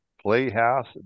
Playhouse